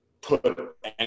put